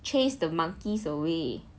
chase the monkeys away